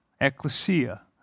Ecclesia